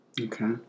Okay